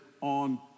on